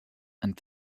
and